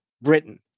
Britain